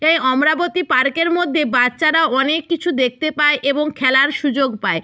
এই অমরাবতী পার্কের মধ্যে বাচ্চারা অনেক কিছু দেখতে পায় এবং খেলার সুযোগ পায়